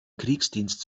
kriegsdienst